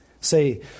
say